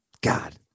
God